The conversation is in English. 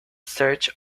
search